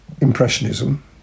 Impressionism